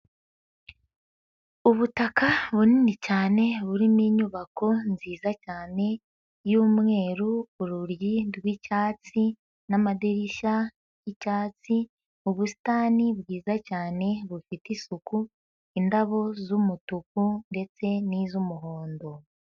Ubutaka bunini cyane burimo inyubako nziza cyane y'umweru, urugi rw'icyatsi n'amadirishya y'icyatsi, ubusitani bwiza cyane bufite isuku, indabo z'umutuku ndetse n'iz'umuhondo.